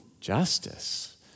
justice